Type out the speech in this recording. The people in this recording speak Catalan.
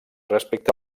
respecte